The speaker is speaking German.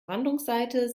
brandungsseite